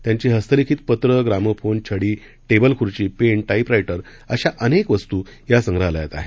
त्यांची हस्तलिखित पत्रं ग्रामोफोन छड़ी टेबल खूर्ची पेन टा पिरा डिर अशा अनेक वस्तू या संग्रहालयात आहेत